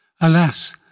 Alas